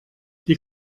die